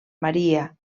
maria